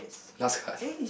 I pass the card